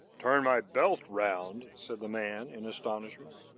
turn my belt round? said the man, in astonishment.